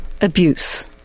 abuse